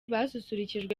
basusurukijwe